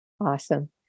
awesome